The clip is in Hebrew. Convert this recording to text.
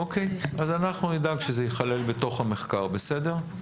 אוקיי, אז אנחנו נדאג שזה ייכלל בתוך המחקר, בסדר?